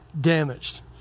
damaged